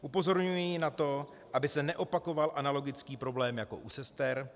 Upozorňují na to, aby se neopakoval analogický problém jako u sester.